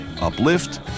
uplift